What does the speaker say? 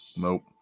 Nope